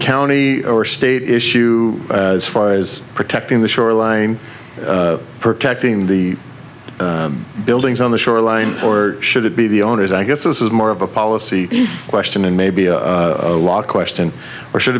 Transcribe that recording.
county or state issue as far as protecting the shoreline protecting the buildings on the shoreline or should it be the owners i guess this is more of a policy question and maybe a question or should